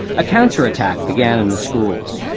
a counterattack began in the schools.